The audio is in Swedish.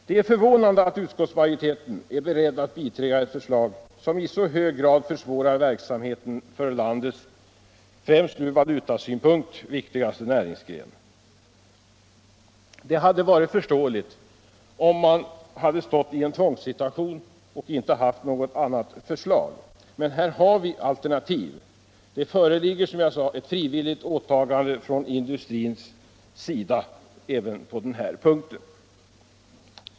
Det är förvånande att utskottsmajoriteten är beredd att biträda ett förslag som i så hög grad försvårar verksamheten för landets, främst ur valutasynpunkt, viktigaste näringsgren. Det hade varit förståeligt om man hade varit i en tvångssituation och inte haft något annat alternativ. Men här har vi alternativ. Det föreligger, som jag sade, ett frivilligt åtagande från industrins sida även på den här punkten.